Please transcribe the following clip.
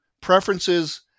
preferences